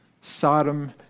Sodom